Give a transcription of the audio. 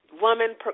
woman